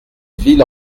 villes